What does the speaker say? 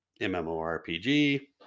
MMORPG